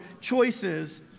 choices